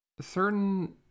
Certain